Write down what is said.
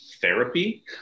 therapy